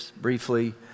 Briefly